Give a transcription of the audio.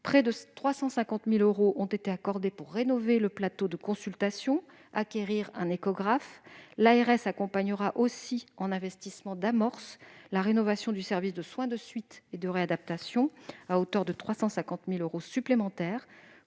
Près de 350 000 euros ont été accordés pour rénover le plateau des consultations et acquérir un échographe. L'ARS accompagnera aussi, en investissement d'amorce, la rénovation du service de soins de suite et de réadaptation, à hauteur de 350 000 euros supplémentaires